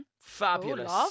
Fabulous